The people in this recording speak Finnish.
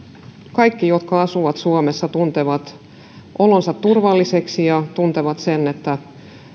kaikki jotka asuvat suomessa tuntevat olonsa turvalliseksi ja tuntevat sen että